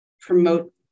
promote